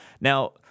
Now